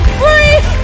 free